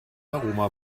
aroma